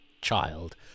child